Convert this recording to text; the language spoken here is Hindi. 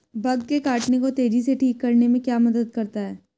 बग के काटने को तेजी से ठीक करने में क्या मदद करता है?